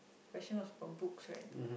question also got books right